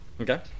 Okay